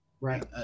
Right